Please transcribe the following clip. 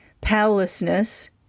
powerlessness